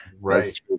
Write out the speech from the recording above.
right